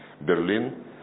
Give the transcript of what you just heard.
Berlin